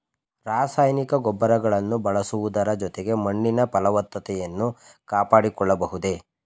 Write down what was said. ರಾಸಾಯನಿಕ ಗೊಬ್ಬರಗಳನ್ನು ಬಳಸುವುದರ ಜೊತೆಗೆ ಮಣ್ಣಿನ ಫಲವತ್ತತೆಯನ್ನು ಕಾಪಾಡಿಕೊಳ್ಳಬಹುದೇ?